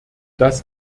das